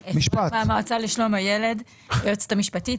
אפרת, המועצה לשלום הילד, היועצת המשפטית.